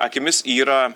akimis yra